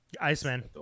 Iceman